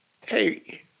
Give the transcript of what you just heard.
Hey